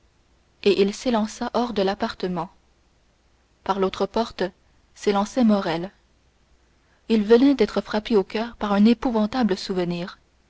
et il s'élança hors de l'appartement par l'autre porte s'élançait morrel il venait d'être frappé au coeur par un épouvantable souvenir